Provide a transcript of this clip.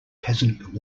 peasant